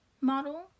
model